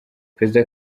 perezida